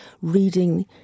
reading